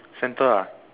centre ah